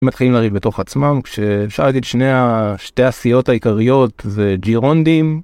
מתחילים לריב בתוך עצמם כשאפשר להגיד, שני ה.. שתי הסיעות העיקריות זה ג'ירונדים